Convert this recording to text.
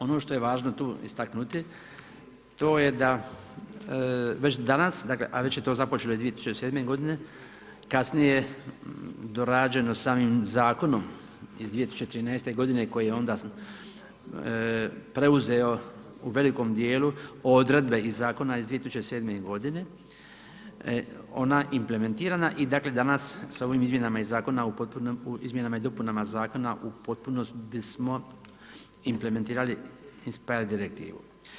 Ono što je važno tu istaknuti, to je da već danas, dakle a već to je započelo 2007. godine, kasnije dorađeno samim zakonom iz 2013. godine koji je onda preuzeo u velikom djelu odredbe iz zakona iz 2007. godine ona implementirana i dakle danas s ovim izmjenama iz zakona o izmjenama i dopunama zakona u potpunosti bismo implementirali inspire direktivu.